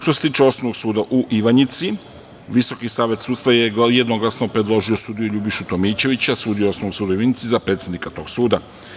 Što se tiče Osnovnog suda u Ivanjici, Visoki savet sudstva je jednoglasno predložio sudiju Ljubišu Tomićevića, sudiju Osnovnog suda u Ivanjici, za predsednika tog suda.